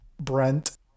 Brent